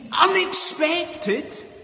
unexpected